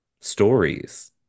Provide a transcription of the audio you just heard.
stories